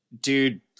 Dude